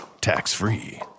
tax-free